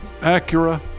Acura